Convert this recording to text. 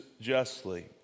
justly